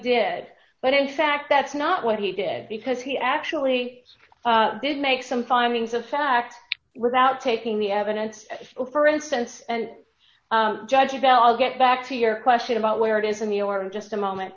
did but in fact that's not what he did because he actually did make some findings of fact without taking the evidence for instance and judge about i'll get back to your question about where it is in the order just a moment